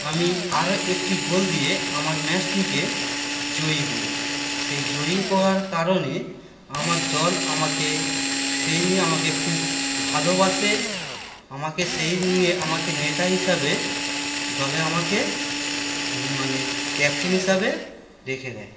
আমি আরও একটি গোল দিয়ে আমার ম্যাচটিকে জয়ী করি সেই জয়ী করার কারণে আমার দল আমাকে সেই নিয়ে আমাকে খুব ভালোবাসে আমাকে সেই নিয়ে আমাকে নেতা হিসাবে দলে আমাকে মানে ক্যাপ্টেন হিসাবে রেখে দেয়